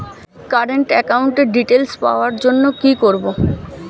Current একাউন্টের details পাওয়ার জন্য কি করব?